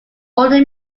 order